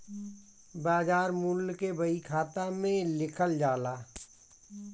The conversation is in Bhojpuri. बाजार मूल्य के बही खाता में लिखल जाला